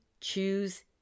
choose